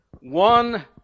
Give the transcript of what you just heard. One